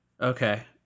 Okay